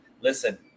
listen